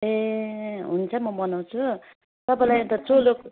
ए हुन्छ म बनाउँछु तपाईँलाई अन्त चोलो